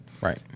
Right